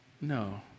No